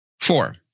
Four